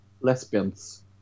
lesbians